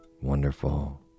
wonderful